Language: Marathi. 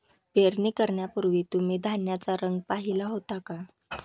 पेरणी करण्यापूर्वी तुम्ही धान्याचा रंग पाहीला होता का?